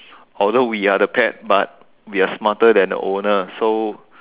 although we are the pet but we are smarter than the owner so